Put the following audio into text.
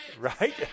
Right